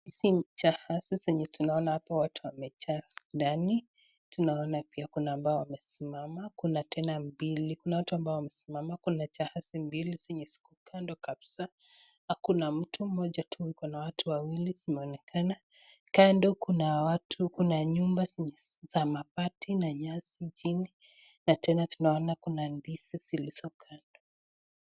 Hizi jahazi tunaona hapa watu wamejaa ndani, tunaona pia kuna ambao wamesimama, kuna tena mbili, kuna watu ambao wamesimama, kuna jahazi mbili zenye ziko kando kabisa. Kuna mtu moja tu, watu wawili wanaonekamna. Kando kuna nyumba za mabati na nyasi chini, na tena tunaona kuna ndizi zilizo kando.